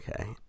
Okay